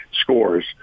scores